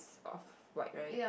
off white right